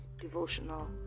devotional